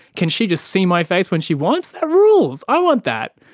can she just see my face when she wants? that rules! i want that!